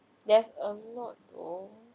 there's a lot though